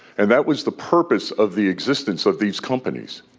and that was the purpose of the existence of these companies.